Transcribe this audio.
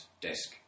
desk